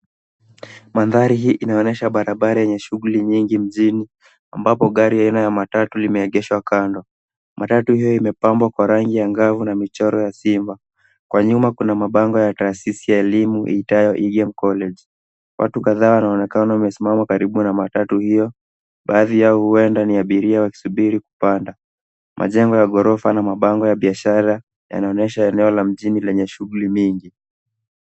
Mandhari hii inaonyesha barabara yenye shughuli nyingi mjini, ambapo gari aina ya matatu limeegeshwa kando. Matatu hiyo imepambwa kwa rangi angavu na michoro ya simba. Kwa nyuma kuna mabango ya taasisi ya elimu itaayo EM College. Watu kadhaa wanaonekana wamesimama karibu na matatu hiyo, baadhi yao huenda ni abiria wakisubiri kupanda. Majengo ya ghorofa na mabango ya biashara yanaonesha eneo la mjini lenye shughuli mingi.